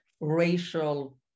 racial